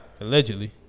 Allegedly